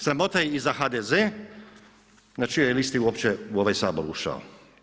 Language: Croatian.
Sramota i za HDZ na čijoj je listi uopće u ovaj Sabor ušao.